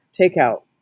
takeout